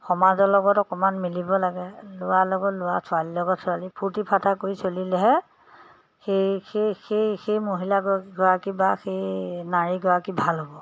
সমাজৰ লগত অকণমান মিলিব লাগে ল'ৰাৰ লগত ল'ৰা ছোৱালীৰ লগত ছোৱালী ফূৰ্তি ফাৰ্তা কৰি চলিলেহে সেই সেই সেই সেই মহিলাগৰাকী বা সেই নাৰীগৰাকী ভাল হ'ব